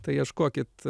tai ieškokit